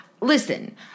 listen